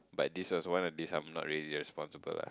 but this was one of the days I'm not really responsible lah